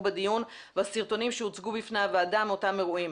בדיון והסרטונים שהוצגו בפני הוועדה מאותם אירועים.